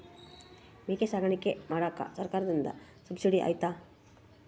ಮೇಕೆ ಸಾಕಾಣಿಕೆ ಮಾಡಾಕ ಸರ್ಕಾರದಿಂದ ಸಬ್ಸಿಡಿ ಐತಾ?